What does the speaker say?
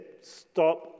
stop